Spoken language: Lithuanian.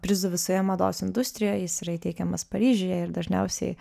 prizų visoje mados industrijoje jis yra įteikiamas paryžiuje ir dažniausiai